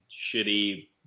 shitty